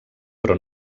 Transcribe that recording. però